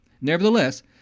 Nevertheless